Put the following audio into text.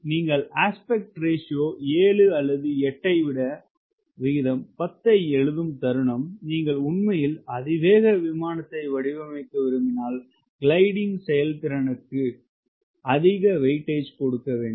நீங்கள் aspect ratio 7 அல்லது 8 ஐ விட விகிதம் 10 ஐ எழுதும் தருணம் நீங்கள் உண்மையில் அதிவேக விமானத்தை வடிவமைக்க விரும்பினால் கிளைடிங் செயல்திறனுக்கு அதிக வெயிட்டேஜ் கொடுக்க வேண்டும்